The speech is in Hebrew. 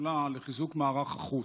השדולה לחיזוק מערך החוץ.